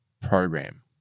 program